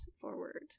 forward